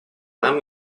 нам